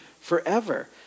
forever